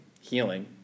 healing